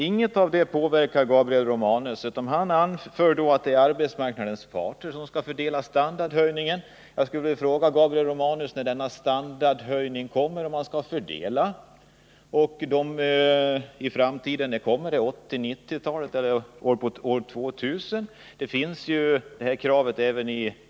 Inget av dem påverkar Gabriel Romanus, utan han anger att det är arbetsmarknadens parter som skall fördela standardhöjningen. Jag vill fråga Gabriel Romanus när den standardhöjning som han talar om kommer — är det på 1980-talet, i början av 1990-talet eller bortåt år 2000?